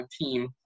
team